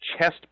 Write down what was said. chest